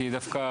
כי דווקא,